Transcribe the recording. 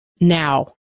now